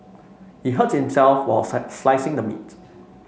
he hurt himself while slicing the meat